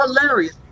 Hilarious